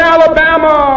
Alabama